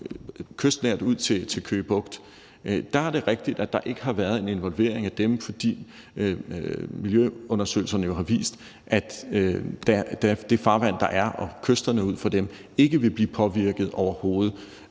kystnært ud til Køge Bugt, så er det rigtigt, at der ikke har været en involvering af dem, fordi miljøundersøgelserne jo har vist, at det farvand, der er, og kysterne ud fra dem, ikke vil blive påvirket overhovedet